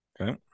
Okay